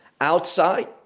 outside